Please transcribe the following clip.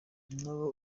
nabo